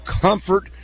comfort